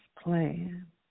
plan